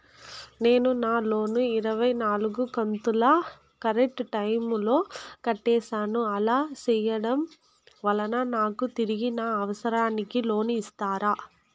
నేను నా లోను ఇరవై నాలుగు కంతులు కరెక్టు టైము లో కట్టేసాను, అలా సేయడం వలన నాకు తిరిగి నా అవసరానికి లోను ఇస్తారా?